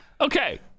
Okay